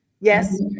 Yes